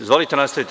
Izvolite, nastavite.